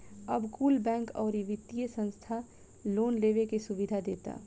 अब कुल बैंक, अउरी वित्तिय संस्था लोन लेवे के सुविधा देता